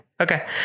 Okay